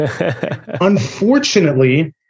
Unfortunately